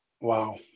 Wow